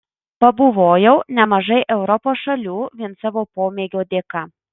pabuvojau nemažai europos šalių vien savo pomėgio dėka